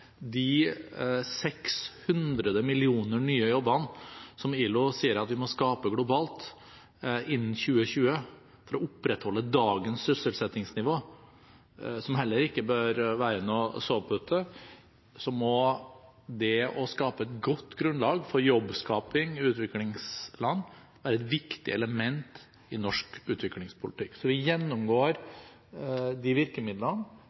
de 600 millioner nye jobbene som ILO sier at vi må skape globalt innen 2020 for å opprettholde dagens sysselsettingsnivå, som heller ikke bør være noen sovepute, må det å skape et godt grunnlag for jobbskaping i utviklingsland være et viktig element i norsk utviklingspolitikk. Vi gjennomgår de virkemidlene